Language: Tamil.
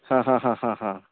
ஹ ஹ ஹ ஹ ஹ